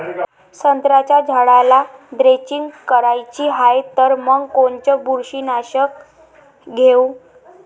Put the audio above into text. संत्र्याच्या झाडाला द्रेंचींग करायची हाये तर मग कोनच बुरशीनाशक घेऊ?